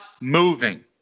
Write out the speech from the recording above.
moving